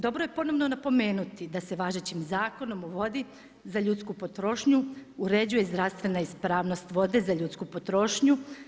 Dobro je ponovno napomenuti da se važećim Zakonom o vodi za ljudsku potrošnju uređuje zdravstvena ispravnost vode za ljudsku potrošnju.